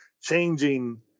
changing